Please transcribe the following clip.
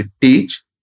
teach